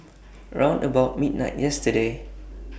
round about midnight yesterday